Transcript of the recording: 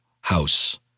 house